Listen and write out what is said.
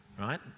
right